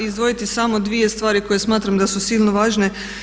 izdvojiti samo dvije stvari koje smatram da su silno važne.